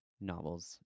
novels